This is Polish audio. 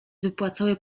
wypłacały